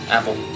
Apple